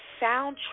soundtrack